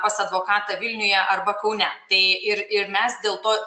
pas advokatą vilniuje arba kaune tai ir ir mes dėl to